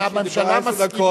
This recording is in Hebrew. היות שיש לי עשר דקות,